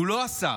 הוא לא השר.